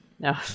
No